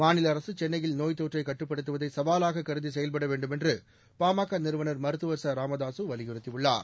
மாநில அரசு சென்னையில் நோய் தொற்றை கட்டுப்படுத்துவதை சவாலாக கருதி செயல்பட வேண்டுமென்று பாமக நிறுவனர் மருத்துவர் ச ராமதாசு வலியுறுத்தியுள்ளார்